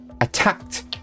attacked